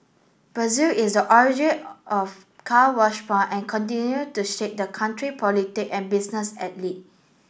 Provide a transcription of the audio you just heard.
Brazil is a origin of Car Wash and continue to shake that country politic and business elite